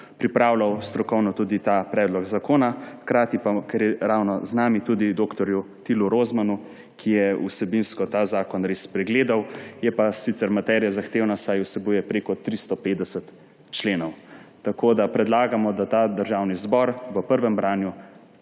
pripravljal strokovno tudi ta predlog zakona, hkrati pa, ker je ravno z nami, tudi dr. Tilu Rozmanu, ki je vsebinsko ta zakon pregledal. Je pa materija zahtevna, saj vsebuje preko 350 členov. Tako da predlagamo, da Državni zbor v prvem branju